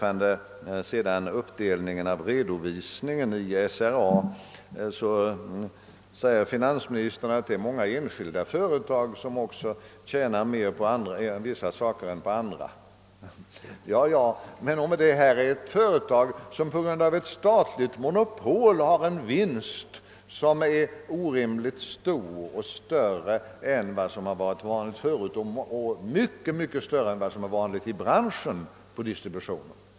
Vad sedan beträffar uppdelningen av redovisningen i SRA säger finansministern att det är många enskilda företag som tjänar mer på vissa saker än på andra. Det är visserligen riktigt, men här har man ett företag som på grund av ett statligt monopol har en distributionsvinst som är orimligt stor och större än vad som har varit vanligt förut och mycket större än vad som har varit vanligt i branschen för sådan produktion.